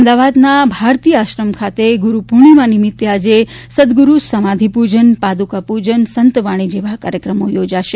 અમદાવાદના ભારતી આશ્રમ કાતે ગુરુપૂર્ણિમા નિમિત્તે આજે સદ્દગુરુ સમાધિ પૂજન પાદુકા પૂજન સંતવાણી જેવા કાર્યક્રમો યોજાશે